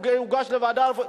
אם הוא הוגש לוועדה רפואית.